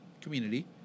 community